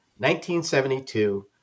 1972